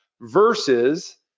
versus